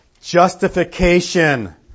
justification